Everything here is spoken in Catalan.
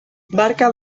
barca